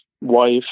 wife